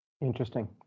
Interesting